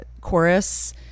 chorus